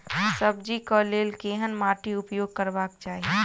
सब्जी कऽ लेल केहन माटि उपयोग करबाक चाहि?